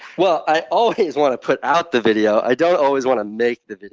well, i always want to put out the video. i don't always want to make the video,